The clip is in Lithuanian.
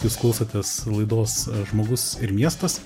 jūs klausotės laidos žmogus ir miestas